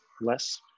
less